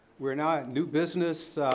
we're now at new business.